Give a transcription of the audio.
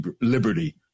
liberty